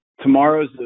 tomorrow's